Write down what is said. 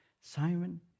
Simon